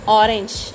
orange